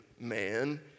man